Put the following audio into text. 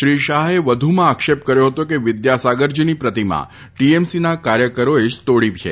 શ્રી શાહે વધુમાં આક્ષેપ કર્યો હતો કે વિદ્યાસાગરજીની પ્રતિમા ટીએમસીના કાર્યકરોએ જ તોડી છે